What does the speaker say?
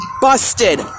Busted